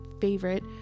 favorite